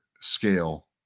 Scale